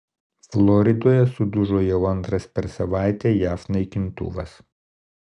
floridoje sudužo jau antras per savaitę jav naikintuvas